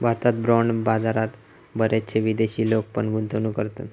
भारतात बाँड बाजारात बरेचशे विदेशी लोक पण गुंतवणूक करतत